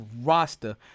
roster